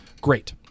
Great